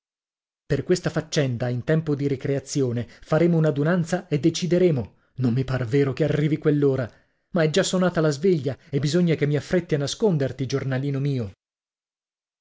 per questa faccenda in tempo di ricreazione faremo un'adunanza e decideremo non mi par vero che arrivi quell'ora ma è già sonata la sveglia e bisogna che mi affretti a nasconderti giornalino mio